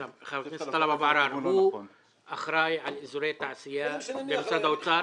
טלב עראר, הוא אחראי על אזורי תעשייה במשרד האוצר.